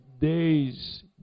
days